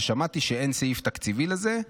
ששמעתי שאין סעיף תקציבי לזה.